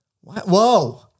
Whoa